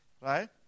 Right